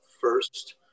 first